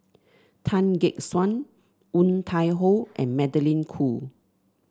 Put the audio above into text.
Tan Gek Suan Woon Tai Ho and Magdalene Khoo